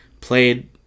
played